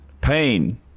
Pain